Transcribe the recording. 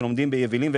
שלומדים ביבילים,